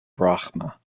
brahma